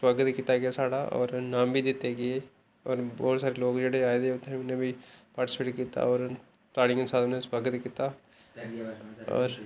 सुआगत कीता गेआ साढ़ा होर अनाम बी दित्ते गे होर बोह्त सारे लोक जेह्ड़े आए दे हे उत्थै उ'नें बी पार्टीसपैट कीता होर ताड़ियें कन्नै सुआगत कीता होर